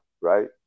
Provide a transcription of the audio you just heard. right